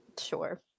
Sure